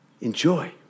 enjoy